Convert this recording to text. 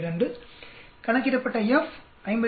32 கணக்கிடப்பட்ட F 57